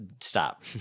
Stop